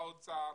האוצר,